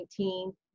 2019